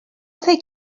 فکر